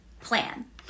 plan